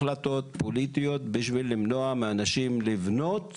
החלטות פוליטיות בשביל למנוע מאנשים לבנות